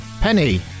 Penny